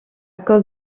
cause